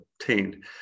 obtained